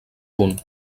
punt